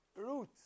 root